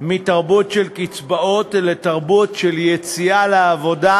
מתרבות של קצבאות לתרבות של יציאה לעבודה,